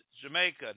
Jamaica